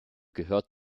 gehört